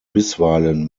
bisweilen